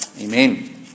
Amen